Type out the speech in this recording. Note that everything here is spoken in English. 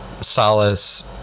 solace